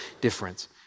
difference